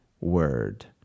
word